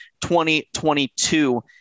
2022